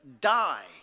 die